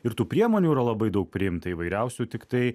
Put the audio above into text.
ir tų priemonių yra labai daug priimta įvairiausių tiktai